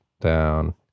Down